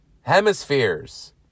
Hemispheres